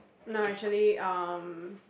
no actually um